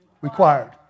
required